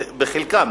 חלקם,